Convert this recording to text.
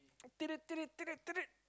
I did it did it did it did it